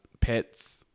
pets